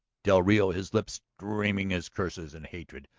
del rio, his lips streaming his curses and hatred,